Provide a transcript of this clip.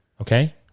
Okay